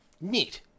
Neat